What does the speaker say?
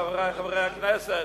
חברי חברי הכנסת,